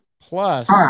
Plus